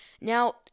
Now